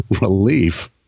relief